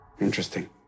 Interesting